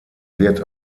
wird